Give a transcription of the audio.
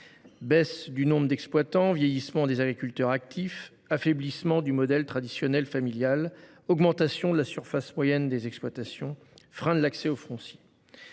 baisse du nombre d’exploitants, vieillissement des agriculteurs actifs, affaiblissement du modèle traditionnel familial, augmentation de la surface moyenne des exploitations, frein de l’accès au foncier.